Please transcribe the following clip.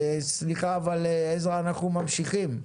סליחה, עזרא, אבל אנחנו ממשיכים.